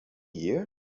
year